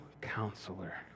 counselor